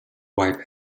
wife